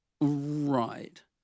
Right